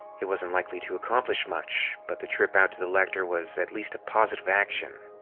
it wasn't likely to accomplish much, but the trip out to the lector was at least a positive action.